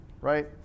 right